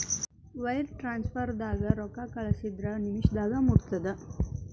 wire ಟ್ರಾನ್ಸ್ಫರ್ದಾಗ ರೊಕ್ಕಾ ಕಳಸಿದ್ರ ನಿಮಿಷದಾಗ ಮುಟ್ಟತ್ತ